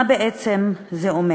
מה בעצם זה אומר,